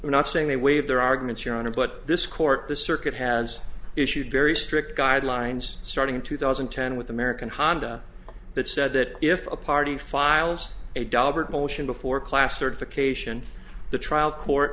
not saying they waive their arguments your honor but this court the circuit has issued very strict guidelines starting in two thousand and ten with american honda that said that if a party files a dahlberg motion before class certification the trial court